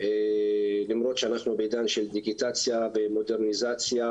למרות שאנחנו בעידן של דיגיטציה ומודרניזציה